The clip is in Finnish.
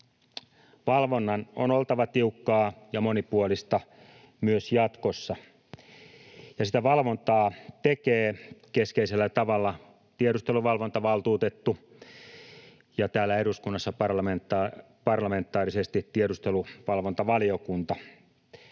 Valvonnan on oltava tiukkaa ja monipuolista myös jatkossa, ja sitä valvontaa tekevät keskeisellä tavalla tiedusteluvalvontavaltuutettu ja täällä eduskunnassa parlamentaarisesti tiedusteluvalvontavaliokunta.